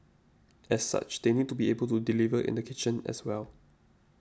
as such they need to be able to deliver in the kitchen as well